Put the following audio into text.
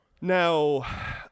Now